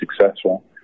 successful